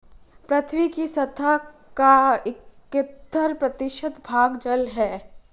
पृथ्वी की सतह का इकहत्तर प्रतिशत भाग जल है